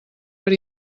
per